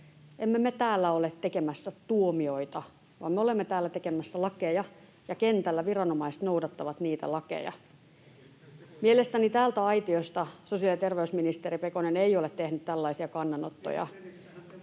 Emme me täällä ole tekemässä tuomioita, vaan me olemme täällä tekemässä lakeja, ja kentällä viranomaiset noudattavat niitä lakeja. Mielestäni täältä aitiosta sosiaali‑ ja terveysministeri Pekonen ei ole tehnyt tällaisia kannanottoja.